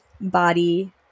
body